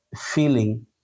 feeling